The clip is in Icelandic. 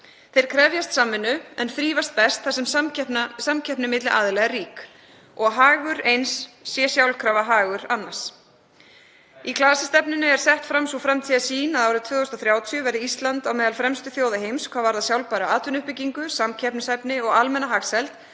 Þeir krefjast samvinnu en þrífast best þar sem samkeppni milli aðila er rík og hagur eins er sjálfkrafa hagur annars. Í klasastefnu er sett fram sú framtíðarsýn að árið 2030 verði Ísland á meðal fremstu þjóða heims hvað varðar sjálfbæra atvinnuuppbyggingu, samkeppnishæfni og almenna hagsæld